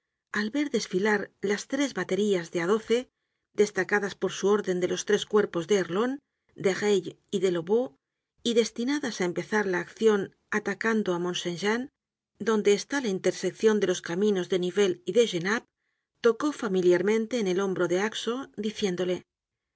al ver desfilar las tres baterías de á doce destacadas por su orden de los tres cuerpos de erlon de reille y de lobau y destinadas á empezar la accion atacando á mont saint jean donde está la interseccion de los caminos de nivelles y de genappe tocó familiarmente en el hombro á haxo diciéndole